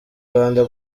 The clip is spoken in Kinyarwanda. rwanda